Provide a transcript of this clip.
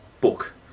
book